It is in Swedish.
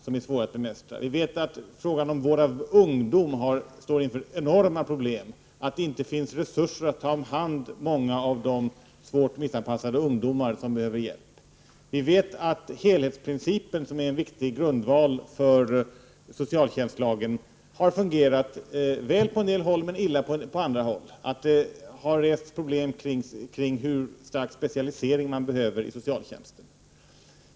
Vi vet att man när det gäller vård av ungdomar står inför enorma problem och att det inte finns resurser att ta hand om många av de svårt missanpassade ungdomar som behöver hjälp. Vi vet att helhetsprincipen, som är en viktig grundval för socialtjänstlagen, har fungerat väl på en del håll, men sämre på andra. Det har rests problem kring hur stark specialisering man behöver inom socialtjänsten.